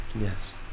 Yes